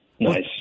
Nice